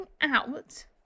out